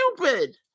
stupid